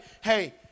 hey